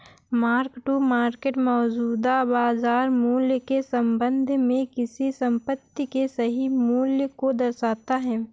mark to market मौजूदा बाजार मूल्य के संबंध में किसी संपत्ति के सही मूल्य को दर्शाता है